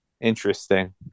interesting